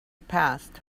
passed